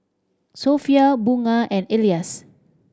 Sofea Bunga and Elyas